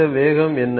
இந்த வேகம் என்ன